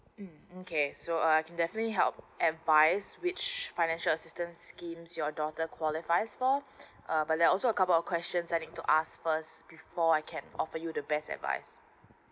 hmm okay so I can definitely help advise which financial assistance schemes your daughter qualifies for uh but there're also a couple of questions I need to ask first before I can offer you the best advice